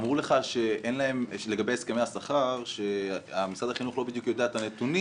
אמרו לגבי הסכמי השכר שמשרד החינוך לא בדיוק יודע את הנתונים.